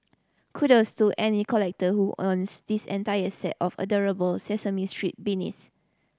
kudos to any collector who owns this entire set of adorable Sesame Street beanies